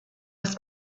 was